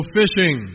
fishing